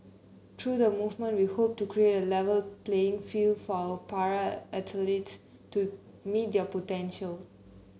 through the movement we hope to create A Level playing field for our para athlete to meet their potential